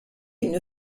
une